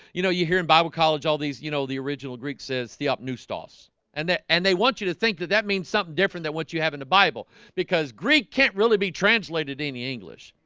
you know, you hear in bible college all these you know the original greek says theopneustos and that and they want you to think that that means something different than what you have in the bible because greek can't really be translated in english.